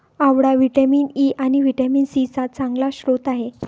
आवळा vitamin E आणि vitamin C चा चांगला स्रोत आहे